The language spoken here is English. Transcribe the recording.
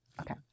Okay